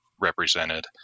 represented